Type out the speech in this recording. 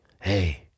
hey